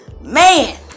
man